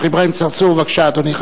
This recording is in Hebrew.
חבר הכנסת שיח' אברהים צרצור, בבקשה אדוני.